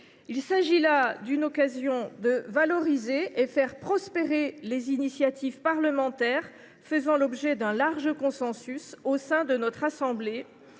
Il s’agit là d’une occasion de valoriser et de faire prospérer les initiatives parlementaires faisant l’objet d’un large consensus au sein de notre assemblée,